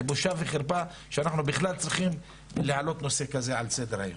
זה בושה וחרפה שאנחנו בכלל צריכים להעלות נושא כזה על סדר-היום.